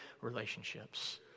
relationships